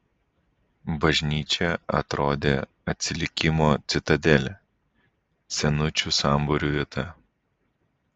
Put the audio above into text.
bažnyčia atrodė atsilikimo citadelė senučių sambūrių vieta